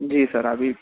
जी sir आप भी